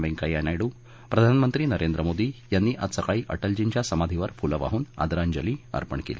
व्यंकैया नायडू प्रधानमंत्री नरेंद्र मोदी यांनी आज सकाळी अटलजींच्या समाधीवर फुलं वाहून आदरांजली अर्पण केली